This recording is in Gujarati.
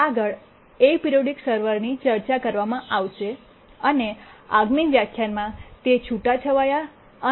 આગળ એપીરોઇડિક સર્વરની ચર્ચા કરવામાં આવશે અને આગામી વ્યાખ્યાનમાં તે છૂટાછવાયા અને